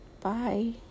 Bye